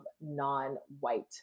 non-white